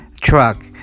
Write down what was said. truck